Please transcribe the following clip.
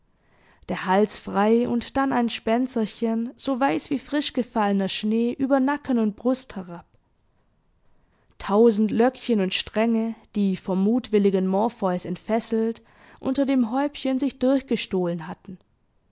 der hals frei und dann ein spenzerchen so weiß wie frischgefallener schnee über nacken und brust herab tausend löckchen und stränge die vom mutwilligen morpheus entfesselt unter dem häubchen sich durchgestohlen hatten das